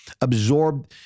absorb